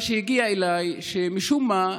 מה שהגיע אליי הוא שמשום מה,